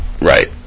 right